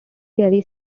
gerry